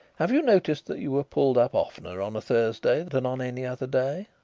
have you noticed that you were pulled up oftener on a thursday than on any other day?